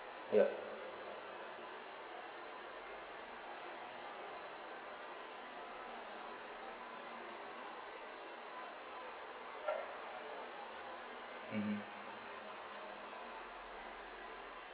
ya mmhmm